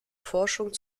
forschung